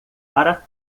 para